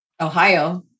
Ohio